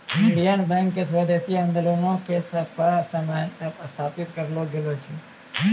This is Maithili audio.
इंडियन बैंक के स्वदेशी आन्दोलनो के समय स्थापित करलो गेलो छै